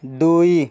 ଦୁଇ